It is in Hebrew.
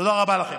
תודה רבה לכם.